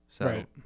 Right